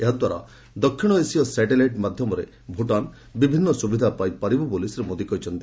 ଏହାଦ୍ୱାରା ଦକ୍ଷିଣ ଏସୀୟ ସାଟେଲାଇଟ୍ ମାଧ୍ୟମରେ ଭୁଟାନ୍ ବିଭିନ୍ନ ସୁବିଧା ପାଇପାରିବ ବୋଲି ଶ୍ରୀ ମୋଦି କହିଛନ୍ତି